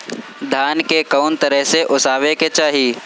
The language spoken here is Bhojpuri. धान के कउन तरह से ओसावे के चाही?